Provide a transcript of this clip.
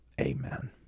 amen